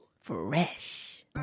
Fresh